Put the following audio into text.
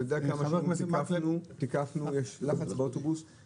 אתה יודע כמה אמרו: תיקפנו, יש לחץ באוטובוס.